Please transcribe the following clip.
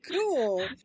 Cool